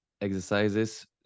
exercises